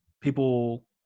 People